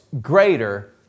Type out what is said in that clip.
greater